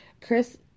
Chris